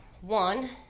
One